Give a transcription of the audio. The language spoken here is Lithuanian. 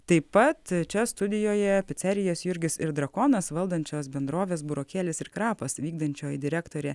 taip pat čia studijoje picerijas jurgis ir drakonas valdančios bendrovės burokėlis ir krapas vykdančioji direktorė